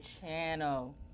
channel